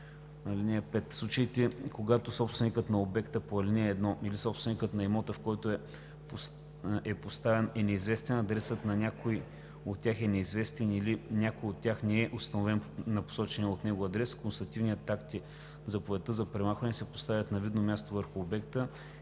„(5) В случаите, когато собственикът на обект по ал. 1 или собственикът на имота, в който е поставен, е неизвестен, адресът на някой от тях е неизвестен или някой от тях не е установен на посочения от него адрес, констативният акт и заповедта за премахване се поставят на видно място върху обекта